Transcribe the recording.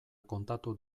kontatu